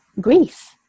grief